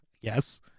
yes